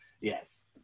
Yes